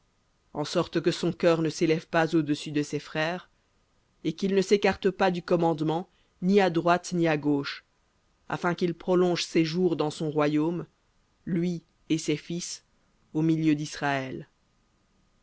en sorte que son cœur ne s'élève pas au-dessus de ses frères et qu'il ne s'écarte pas du commandement ni à droite ni à gauche afin qu'il prolonge ses jours dans son royaume lui et ses fils au milieu d'israël